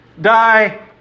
die